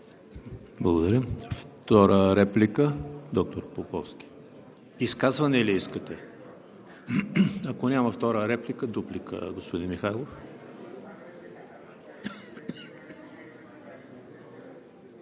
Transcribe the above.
Благодаря. Втора реплика – доктор Поповски. Изказване ли искате? Ако няма втора реплика, дуплика – господин Михайлов.